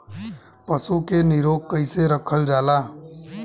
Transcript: पशु के निरोग कईसे रखल जाला?